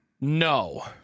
No